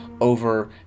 over